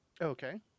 Okay